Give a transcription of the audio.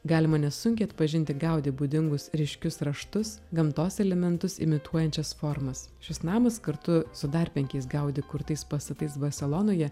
galima nesunkiai atpažinti gaudi būdingus ryškius raštus gamtos elementus imituojančias formas šis namas kartu su dar penkiais gaudi kurtais pastatais barselonoje